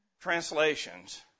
translations